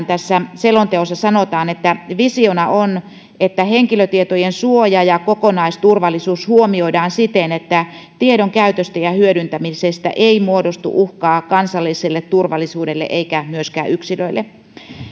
tässä selonteossa sanotaan että visiona on että henkilötietojen suoja ja kokonaisturvallisuus huomioidaan siten että tiedon käytöstä ja hyödyntämisestä ei muodostu uhkaa kansalliselle turvallisuudelle eikä myöskään yksilöille